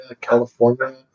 California